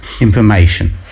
information